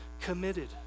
committed